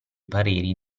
pareri